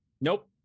Nope